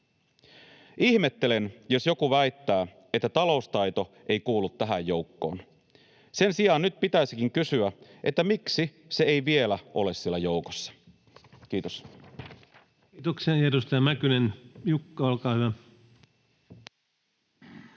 Ihmettelen, jos joku väittää, että taloustaito ei kuulu tähän joukkoon. Sen sijaan nyt pitäisikin kysyä, miksi se ei vielä ole siellä joukossa. — Kiitos. [Speech 240] Speaker: Ensimmäinen